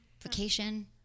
vacation